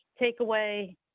takeaway